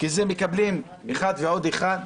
כי מקבלים אחד ועוד אחד,